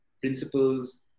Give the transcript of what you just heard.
principles